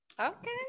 Okay